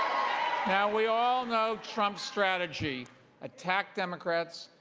now, we all know trumps strategy attack democrats.